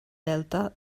delta